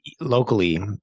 locally